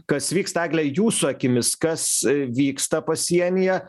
kas vyksta egle jūsų akimis kas vyksta pasienyje